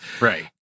Right